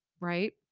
right